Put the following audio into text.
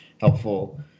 helpful